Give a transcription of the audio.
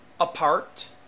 apart